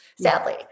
sadly